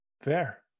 Fair